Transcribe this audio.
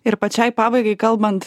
ir pačiai pabaigai kalbant